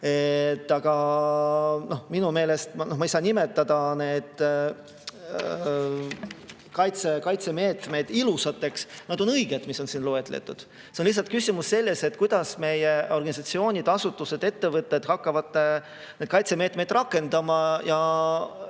Aga minu meelest, ma küll ei saa nimetada neid kaitsemeetmeid ilusateks, ent nad on õiged, mis on siin loetletud. Lihtsalt küsimus on selles, et kuidas meie organisatsioonid, asutused, ettevõtted hakkavad neid kaitsemeetmeid rakendama.